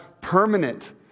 permanent